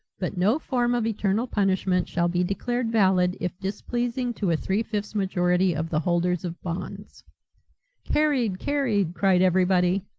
but no form of eternal punishment shall be declared valid if displeasing to a three-fifths majority of the holders of bonds carried, carried, cried everybody.